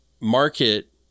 market